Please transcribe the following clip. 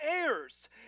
heirs